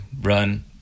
run